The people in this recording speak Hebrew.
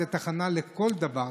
זו תחנה לכל דבר.